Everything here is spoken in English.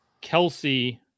Kelsey